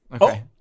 okay